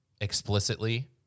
explicitly